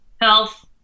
health